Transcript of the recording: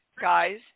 guys